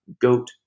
GOAT